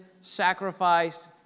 sacrifice